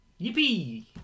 yippee